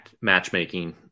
matchmaking